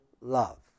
love